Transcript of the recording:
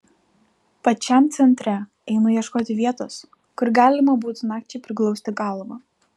pačiam centre einu ieškoti vietos kur galima būtų nakčiai priglausti galvą